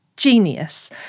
genius